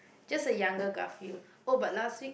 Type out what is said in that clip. just a younger Garfield oh but last week